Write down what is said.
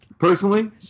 Personally